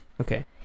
okay